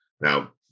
Now